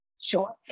Sure